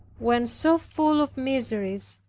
when so full of miseries,